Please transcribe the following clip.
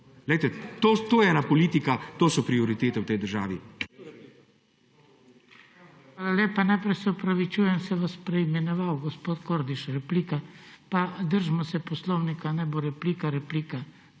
To je ena politika, to so prioritete v tej državi.